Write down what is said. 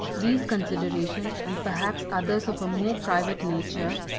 these considerations, and perhaps others of a more private nature,